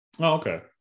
Okay